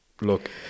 look